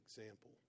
example